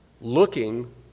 looking